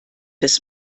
des